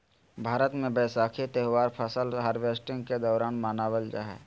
भारत मे वैसाखी त्यौहार फसल हार्वेस्टिंग के दौरान मनावल जा हय